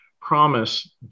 promise